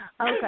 Okay